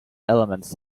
elements